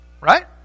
Right